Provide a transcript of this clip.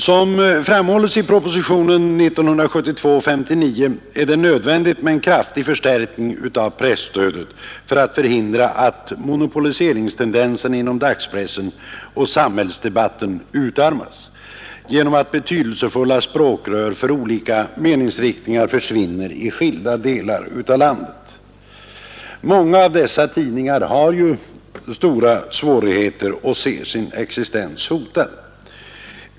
Såsom framhållits i propositionen 59 är det nödvändigt med en kraftig förstärkning av presstödet för att motverka monopoliseringstendenserna inom dagspressen och för att förhindra att samhällsdebatten utarmas genom att betydelsefulla språkrör för olika meningsriktningar försvinner i skilda delar av landet. Många av dessa tidningar har stora svårigheter och ser sin existens hotad.